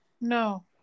No